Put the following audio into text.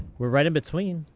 we're right in between.